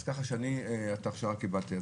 אז ככה שאני את ההכשרה קיבלתי,